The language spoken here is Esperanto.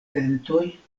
sentoj